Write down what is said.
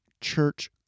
church